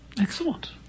Excellent